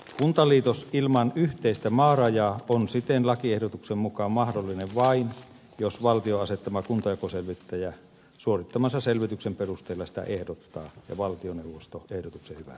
kuntaliitos ilman yhteistä maarajaa on siten lakiehdotuksen mukaan mahdollinen vain jos valtion asettama kuntajakoselvittäjä suorittamansa selvityksen perusteella sitä ehdottaa ja valtioneuvosto ehdotuksen hyväksyy